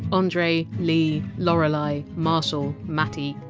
andre, lee, lorelei, marshall, mattie,